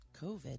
COVID